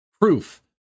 proof